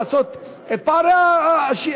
לעשות את פער השיווק,